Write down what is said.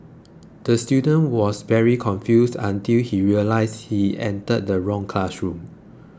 the student was very confused until he realised he entered the wrong classroom